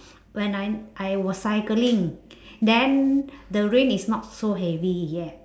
when I I was cycling then the rain is not so heavy yet